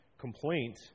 complaint